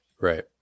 right